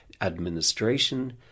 administration